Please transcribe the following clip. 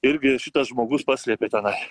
irgi šitas žmogus paslėpė tenai